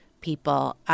people